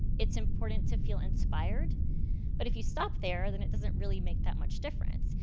it's important to feel inspired but if you stop there then it doesn't really make that much difference.